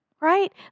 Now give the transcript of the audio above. right